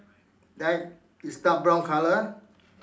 that is dark brown colour